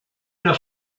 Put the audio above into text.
una